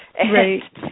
Right